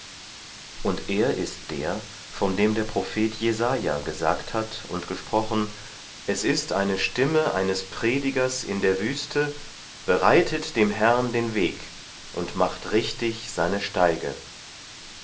und er ist der von dem der prophet jesaja gesagt hat und gesprochen es ist eine stimme eines predigers in der wüste bereitet dem herrn den weg und macht richtig seine steige